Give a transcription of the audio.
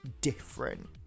different